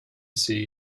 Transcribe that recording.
see